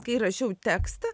kai rašiau tekstą